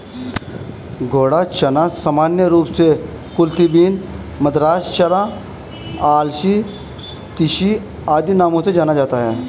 घोड़ा चना सामान्य रूप से कुलथी बीन, मद्रास चना, अलसी, तीसी आदि नामों से जाना जाता है